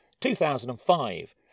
2005